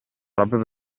proprio